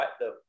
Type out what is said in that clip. right